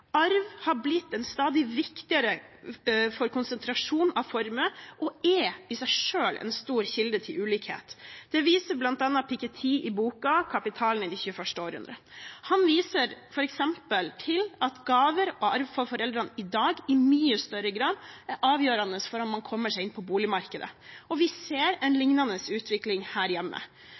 Arv er blitt stadig viktigere for konsentrasjon av formue og er i seg selv en stor kilde til ulikhet. Det viser bl.a. Piketty i boken Kapitalen i det 21. århundre. Han viser f.eks. til at gaver og arv fra foreldrene i dag i mye større grad er avgjørende for om man kommer seg inn på boligmarkedet, og vi ser en lignende utvikling her hjemme.